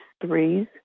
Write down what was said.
threes